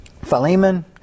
Philemon